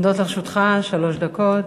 עומדות לרשותך שלוש דקות.